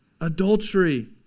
Adultery